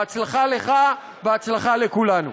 בהצלחה לך, בהצלחה לכולנו.